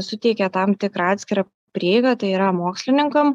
suteikė tam tikrą atskirą prieigą tai yra mokslininkam